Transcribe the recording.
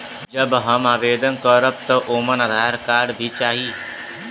जब हम आवेदन करब त ओमे आधार कार्ड भी चाही?